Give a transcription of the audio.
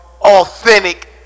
authentic